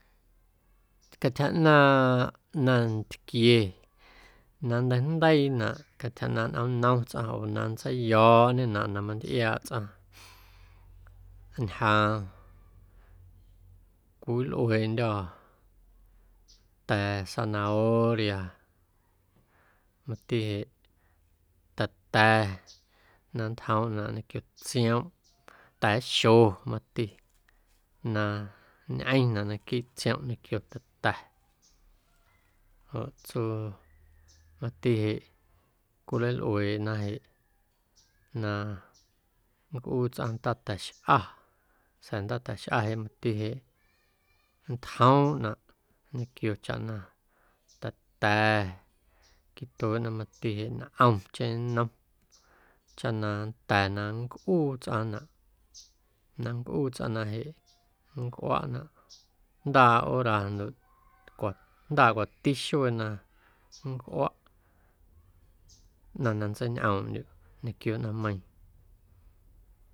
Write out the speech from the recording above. Cantyja ꞌnaaⁿꞌ nantquie na nnteijndeiinaꞌ cantyja ꞌnaaⁿꞌ nꞌomnnom tsꞌaⁿ oo na nntseiyo̱o̱ꞌñenaꞌ na mantꞌiaaꞌ tsꞌaⁿ ñjaaⁿ cowilꞌueeꞌndyô̱ ta̱ zanahoria mati jeꞌ ta̱ta̱ na nntjoomꞌnaꞌ ñequio tsiomꞌ ta̱a̱xo mati na nñꞌeⁿnaꞌ naquiiꞌ tsiomꞌ ñequio ta̱ta̱ joꞌ tsuu mati jeꞌ coleilꞌueeꞌna jeꞌ na nncꞌuu tsꞌaⁿ ndaa ta̱xꞌa sa̱a̱ ndaa ta̱xꞌa jeꞌ mati jeꞌ nntjoomꞌnaꞌ ñequio chaꞌ na ta̱ta̱ quitueeꞌnaꞌ jeꞌ mati ntꞌomcheⁿ nnom chaꞌ na nnda̱a̱ na nncꞌuu tsꞌaⁿnaꞌ na nncꞌuu tsꞌaⁿnaꞌ jeꞌ nncꞌuaꞌnaꞌ jndaaꞌ hora ndo jndaaꞌ cwati xuee na nncꞌuaꞌ ꞌnaⁿ na nntseiñꞌoomꞌndyuꞌ ñequio ꞌnaⁿmeiiⁿ.